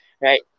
Right